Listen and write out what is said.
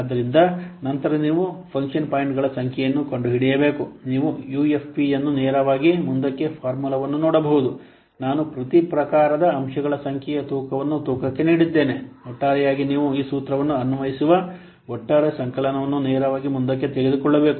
ಆದ್ದರಿಂದ ನಂತರ ನೀವು ಫಂಕ್ಷನ್ ಪಾಯಿಂಟ್ಗಳ ಸಂಖ್ಯೆಯನ್ನು ಕಂಡುಹಿಡಿಯಬೇಕು ನೀವು ಯುಎಫ್ಪಿಯನ್ನು ಮತ್ತೆ ನೇರವಾಗಿ ಮುಂದಕ್ಕೆ ಫಾರ್ಮುಲಾವನ್ನು ನೋಡಬಹುದು ನಾನು ಪ್ರತಿ ಪ್ರಕಾರದ ಅಂಶಗಳ ಸಂಖ್ಯೆಯ ತೂಕವನ್ನು ತೂಕಕ್ಕೆ ನೀಡಿದ್ದೇನೆ ಒಟ್ಟಾರೆಯಾಗಿ ನೀವು ಈ ಸೂತ್ರವನ್ನು ಅನ್ವಯಿಸುವ ಒಟ್ಟಾರೆ ಸಂಕಲನವನ್ನು ನೇರವಾಗಿ ಮುಂದಕ್ಕೆ ತೆಗೆದುಕೊಳ್ಳಬೇಕು